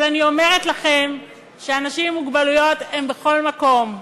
אבל אני אומרת לכם שאנשים עם מוגבלות הם בכל מקום.